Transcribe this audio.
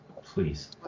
please